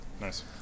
nice